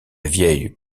vieille